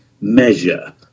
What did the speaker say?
measure